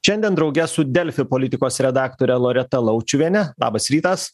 šiandien drauge su delfi politikos redaktore loreta laučiuviene labas rytas